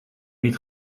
niet